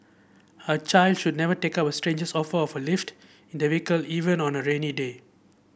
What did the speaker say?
a child should never take up a stranger's offer of a lift in their vehicle even on a rainy day